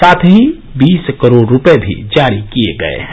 साथ ही बीस करोड़ रुपये भी जारी किए गए हैं